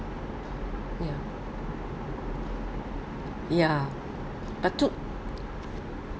ya ya but too